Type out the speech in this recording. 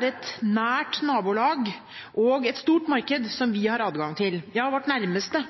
et nært nabolag og et stort marked som vi har adgang til, ja vårt nærmeste.